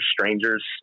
strangers